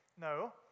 No